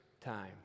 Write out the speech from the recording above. time